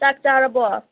ꯆꯥꯛ ꯆꯥꯔꯕꯣ